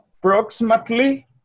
approximately